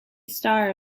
star